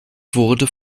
wurde